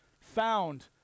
found